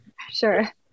sure